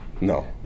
No